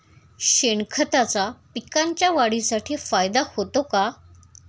शेणखताचा पिकांच्या वाढीसाठी फायदा होतो का?